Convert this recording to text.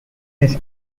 his